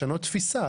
לשנות תפיסה.